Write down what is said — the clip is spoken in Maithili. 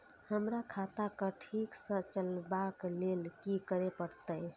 हमरा खाता क ठीक स चलबाक लेल की करे परतै